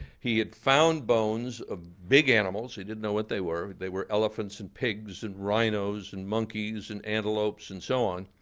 he had found bones of big animals. he didn't know what they were. they were elephants, and pigs, and rhinos, and monkeys, and antelopes, and so on.